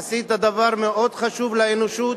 עשית דבר מאוד חשוב לאנושות,